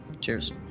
Cheers